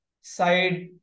side